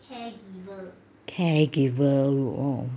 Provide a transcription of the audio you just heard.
caregiver oh